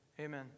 Amen